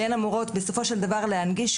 שהן אמורות בסופו של דבר להנגיש,